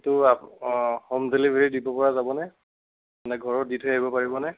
এইটো আ অঁ হোম ডেলিভেৰী দিব পৰা যাব নে নে ঘৰত দি থৈ আহিব পাৰিব নে